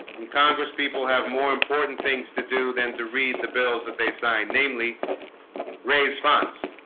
and congress people have more important things to do than to read the bills that they sign namely raise funds,